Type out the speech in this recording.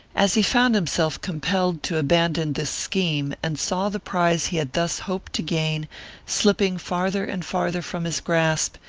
as he found himself compelled to abandon this scheme and saw the prize he had thus hoped to gain slipping farther and farther from his grasp,